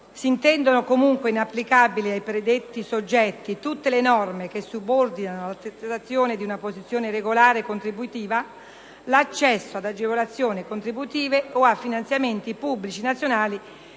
«Si intendono comunque inapplicabili ai predetti soggetti tutte le norme che subordinano all'attestazione di una posizione regolare contributiva l'accesso ad agevolazioni contributive o a finanziamenti pubblici nazionali